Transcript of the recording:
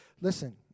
listen